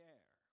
air